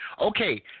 Okay